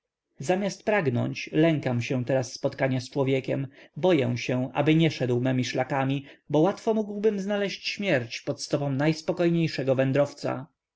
zamiast pragnąć lękam się teraz spotkania z człowiekiem boję się aby nie szedł memi szlakami bo łatwo mógłbym znaleźć śmierć pod stopą najspokojniejszego wędrowca